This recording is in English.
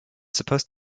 supposed